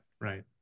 Right